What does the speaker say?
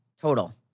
total